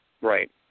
Right